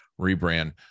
rebrand